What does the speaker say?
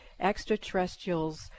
extraterrestrials